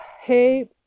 hey